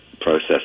process